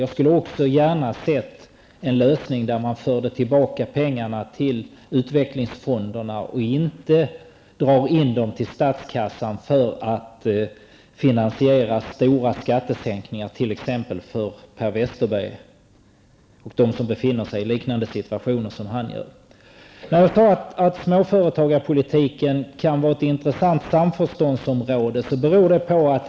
Jag skulle gärna ha sett en lösning där man för tillbaka pengarna till utvecklingsfonderna och inte drar in dem till statskassan för att finansiera stora skattesänkningar för t.ex. Per Westerberg och dem som befinner sig i liknande situationer. Jag sade att småföretagarpolitiken kan vara ett intressant samförståndsområde.